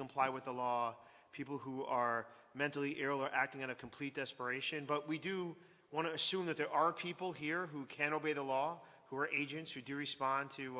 comply with the law people who are mentally ill are acting in a complete desperation but we do want to assume that there are people here who can obey the law who are agents who do respond to